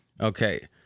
Okay